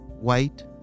White